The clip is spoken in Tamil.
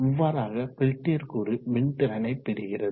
இவ்வாறாக பெல்டியர் கூறு மின்திறனை பெறுகிறது